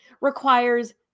requires